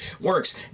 works